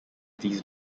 these